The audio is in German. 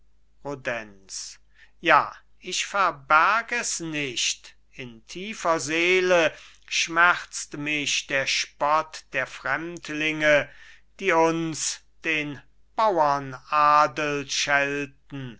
ja ich verberg es nicht in tiefer seele schmerzt mich der spott der fremdlinge die uns den bauernadel schelten